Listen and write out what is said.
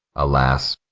alas!